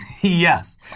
Yes